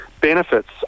benefits